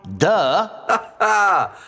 Duh